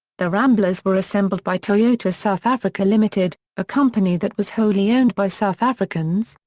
the ramblers were assembled by toyota south africa ltd, a company that was wholly owned by south africans,